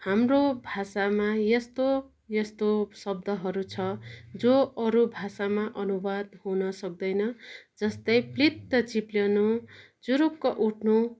हाम्रो भाषामा यस्तो यस्तो शब्दहरू छ जो अरू भाषामा अनुवाद हुन सक्दैन जस्तै प्लित्त चिप्लनु जुरुक्क उठ्नु